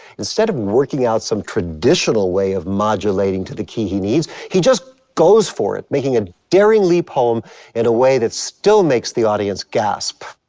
instead of working out some traditional way of modulating to the key he needs, he just goes for it, making a daring leap home in a way that still makes the audience gasp.